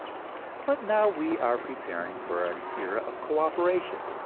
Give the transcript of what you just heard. but now we are preparing for an era of cooperation,